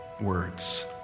words